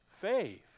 Faith